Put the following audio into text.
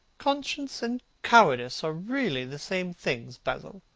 conscience and cowardice are really the same things, basil.